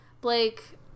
Blake